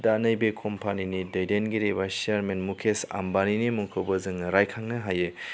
दा नैबे कम्पानीनि दैदेनगिरि बा सियारमेन मुकेश आम्बानीनि मुंखौबो जोङो रायखांनो हायो